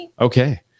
Okay